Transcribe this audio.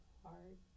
hard